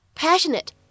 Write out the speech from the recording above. passionate